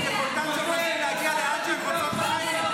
יכולתן של נשים להגיע לאן שהן רוצות להגיע?